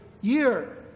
year